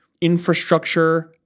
infrastructure